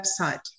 website